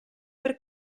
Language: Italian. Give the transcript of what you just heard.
per